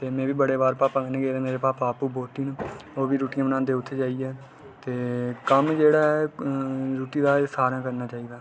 में बड़े बार पापा होरें कन्नै मेरे पापा आपूं बोटी न ओह् बी रुट्टियां बनांदे उत्थै जाइयै कम्म जेह्ड़ा ऐ रुट्टी दा ऐ सारें करना चाहिदा